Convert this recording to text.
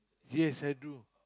yes I do